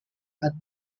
had